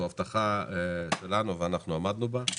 זו הבטחה שלנו שעמדנו בה.